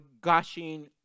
gushing